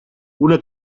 una